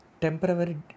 temporary